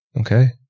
okay